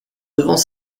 devant